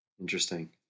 interesting